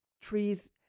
tree's